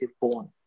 born